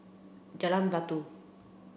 Jalan Batu